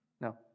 No